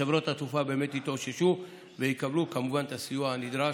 חברות התעופה באמת יתאוששו ויקבלו כמובן את הסיוע הנדרש.